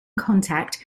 contact